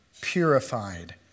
Purified